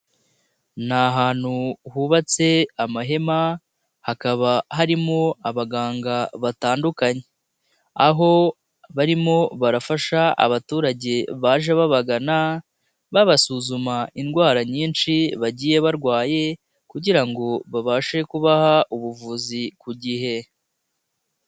Ni ahantu hubatse amahema hakaba harimo abaganga batandukanye, aho barimo barafasha abaturage baje babagana, babasuzuma indwara nyinshi bagiye barwaye kugira ngo babashe kubaha ubuvuzi ku gihe.